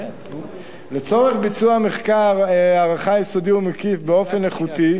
לצורך ביצוע מחקר הערכה יסודי ומקיף באופן איכותי,